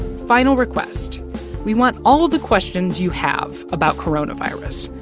final request we want all of the questions you have about coronavirus.